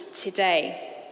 today